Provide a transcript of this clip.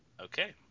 Okay